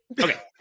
Okay